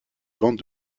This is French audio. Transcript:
ventes